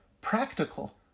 practical